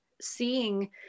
seeing